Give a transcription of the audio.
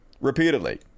repeatedly